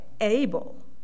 able